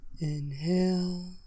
inhale